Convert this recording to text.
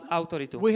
authority